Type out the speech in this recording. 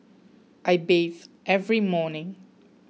I bathe every morning